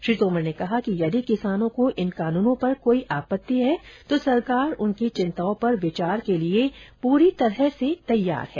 श्री तोमर ने कहा कि यदि किसानों को इन कानूनों पर कोई आपत्ति है तो सरकार उनकी चिंताओं पर विचार के लिए पूरी तरह से तैयार है